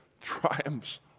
triumphs